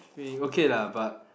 think okay lah but